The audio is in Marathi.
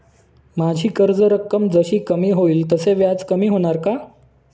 माझी कर्ज रक्कम जशी कमी होईल तसे व्याज कमी होणार का?